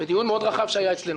בדיון מאוד רחב שהיה אצלנו.